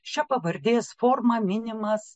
šia pavardės formą minimas